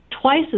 twice